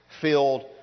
filled